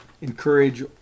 encourage